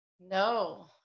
No